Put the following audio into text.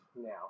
now